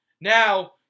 Now